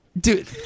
Dude